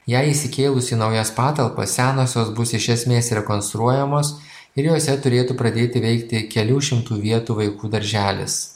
jai įsikėlus į naujas patalpas senosios bus iš esmės rekonstruojamos ir jose turėtų pradėti veikti kelių šimtų vietų vaikų darželis